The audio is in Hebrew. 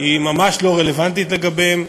היא ממש לא רלוונטית לגביהם.